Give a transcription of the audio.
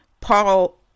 Paul